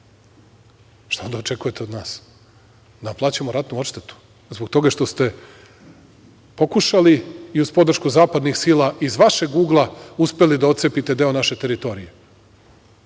Šta onda očekujete od nas? Da vam plaćamo ratnu odštetu zbog toga što ste pokušali i uz podršku zapadnih sila iz vašeg ugla uspeli da ocepite deo naše teritorije,